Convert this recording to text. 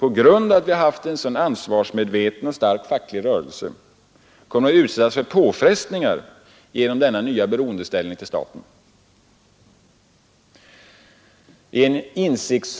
Å ena sidan har man ett skattestopp ute i kommunerna därför att de ständiga skatteökningarna lett till sociala problem.